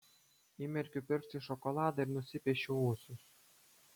įmerkiu pirštą į šokoladą ir nusipiešiu ūsus